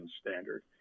standard